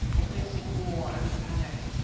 the face of war and panic,